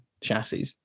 chassis